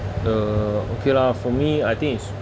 uh okay lah for me I think it's